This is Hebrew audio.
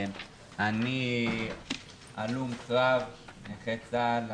אני הלום קרב, נכה צה"ל.